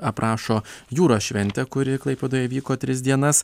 aprašo jūros šventę kuri klaipėdoje vyko tris dienas